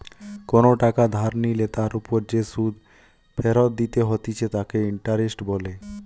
কোনো টাকা ধার নিলে তার ওপর যে সুধ ফেরত দিতে হতিছে তাকে ইন্টারেস্ট বলে